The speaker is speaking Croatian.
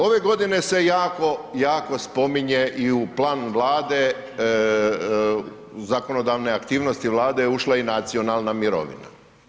Ove godine se jako spominje i u planu Vlade, zakonodavne aktivnosti Vlade ušla je i nacionalna mirovina.